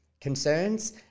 concerns